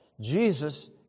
Jesus